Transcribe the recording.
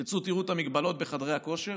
תצאו, תראו את המגבלות בחדרי הכושר,